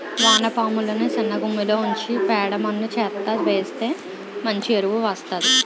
వానపాములని సిన్నగుమ్మిలో ఉంచి పేడ మన్ను చెత్తా వేస్తె మంచి ఎరువు వస్తాది